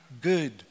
good